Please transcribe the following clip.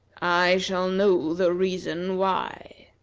i shall know the reason why.